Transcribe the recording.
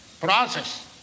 process